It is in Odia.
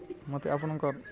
ମୋତେ ଆପଣଙ୍କର